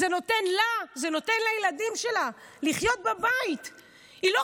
זה נותן לה, זה נותן לילדים שלה, לחיות בבית.